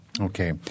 Okay